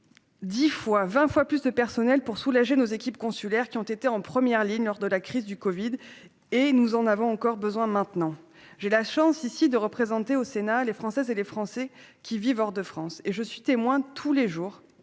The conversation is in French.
dix ou vingt fois plus de personnel pour soulager nos équipes consulaires, qui ont été en première ligne lors de la crise du covid-19 et dont nous continuons d'avoir besoin ! J'ai la chance de représenter au Sénat les Françaises et les Français qui vivent hors de France. Je suis témoin tous les jours-